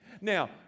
Now